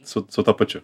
su tuo pačiu